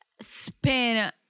spin